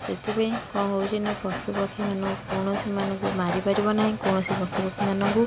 ସେଥିପାଇଁ କ'ଣ ହେଉଛି ନା ପଶୁପକ୍ଷୀମାନ କୌଣସିମାନଙ୍କୁ ମାରି ପାରିବ ନାହିଁ କୌଣସି ପଶୁପକ୍ଷୀମାନଙ୍କୁ